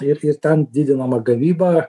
ir ir ten didinama gavyba